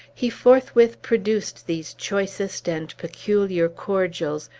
he forthwith produced these choicest and peculiar cordials,